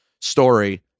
story